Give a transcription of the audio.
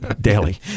Daily